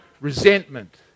resentment